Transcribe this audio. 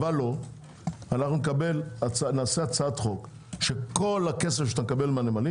ולא נעשה הצעת חוק שכל הכסף שאתה מקבל מהנמלים